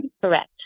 Correct